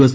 S